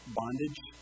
bondage